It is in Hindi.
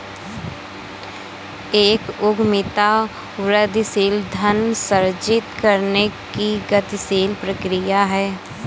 एक उद्यमिता वृद्धिशील धन सृजित करने की गतिशील प्रक्रिया है